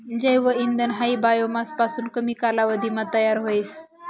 जैव इंधन हायी बायोमास पासून कमी कालावधीमा तयार व्हस